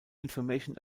information